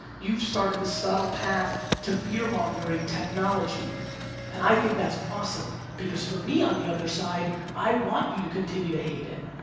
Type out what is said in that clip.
you've started the subtle path to fear mongering technology and i think that's awesome because for me, on the other side, i want you to continue to hate it.